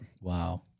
Wow